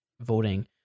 voting